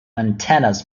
antennas